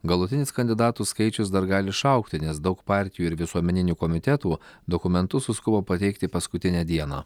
galutinis kandidatų skaičius dar gali išaugti nes daug partijų ir visuomeninių komitetų dokumentus suskubo pateikti paskutinę dieną